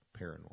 paranormal